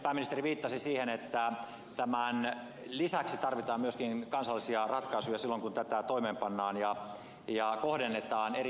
pääministeri viittasi siihen että tämän lisäksi tarvitaan myöskin kansallisia ratkaisuja silloin kun tätä toimeenpannaan ja kohdennetaan eri tuotannonaloilla